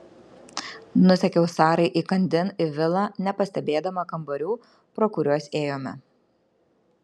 nusekiau sarai įkandin į vilą nepastebėdama kambarių pro kuriuos ėjome